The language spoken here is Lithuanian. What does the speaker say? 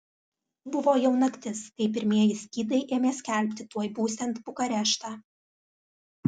buvo jau naktis kai pirmieji skydai ėmė skelbti tuoj būsiant bukareštą